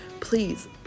please